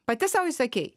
pati sau įsakei